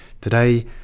Today